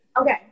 okay